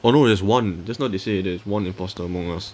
oh no there's one just now they say already there's one imposter among us